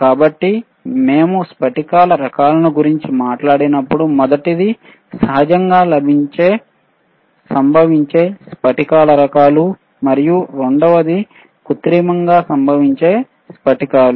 కాబట్టి మేము స్ఫటికాల రకాలను గురించి మాట్లాడినప్పుడు మొదటిది సహజంగా సంభవించే స్ఫటికాల రకాలు మరియు రెండవది కృత్రిమంగా సంభవించే స్ఫటికాలు